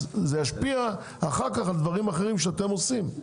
זה ישפיע אחר כך על דברים אחרים שאתם עושים.